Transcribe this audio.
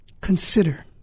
consider